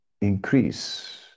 increase